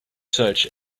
search